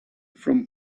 from